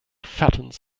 fattens